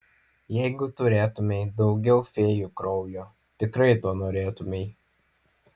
jeigu turėtumei daugiau fėjų kraujo tikrai to norėtumei